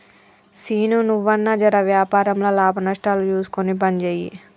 సీనూ, నువ్వన్నా జెర వ్యాపారంల లాభనష్టాలు జూస్కొని పనిజేయి